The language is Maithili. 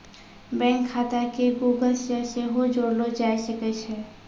बैंक खाता के गूगल से सेहो जोड़लो जाय सकै छै